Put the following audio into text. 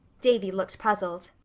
davy looked puzzled.